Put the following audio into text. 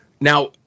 now